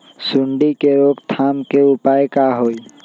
सूंडी के रोक थाम के उपाय का होई?